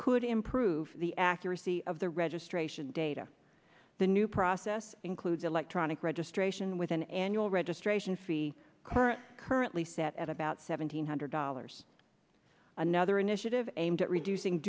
could improve the accuracy of the registration data the new process includes electronic registration with an annual registration fee current currently set at about seven hundred dollars there's another initiative aimed at reducing